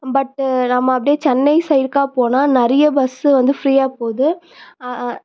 பட்டு நம்ம அப்படியே சென்னை சைடுக்காக போனால் நிறைய பஸ்ஸு வந்து ஃப்ரீயாக போகுது